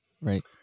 Right